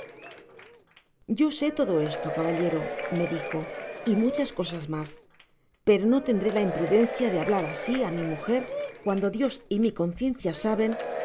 yo sé todo esto caballero me h y mu aas cosan ñas pero nolaodré la impudencia de hablar asi á mi m jer cuando dios y mi conciencia saben